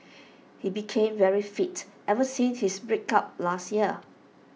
he became very fit ever since his break up last year